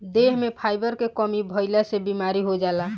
देह में फाइबर के कमी भइला से बीमारी हो जाला